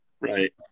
Right